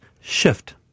shift